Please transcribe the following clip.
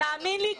תאמין לי,